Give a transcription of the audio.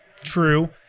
true